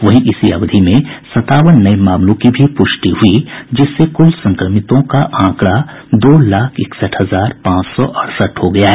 वहीं इसी अवधि में सतावन नये मामलों की भी पुष्टि हुई जिससे कुल संक्रमितों का आंकड़ा दो लाख इकसठ हजार पांच सौ अड़सठ हो गया है